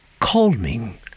calming